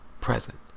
present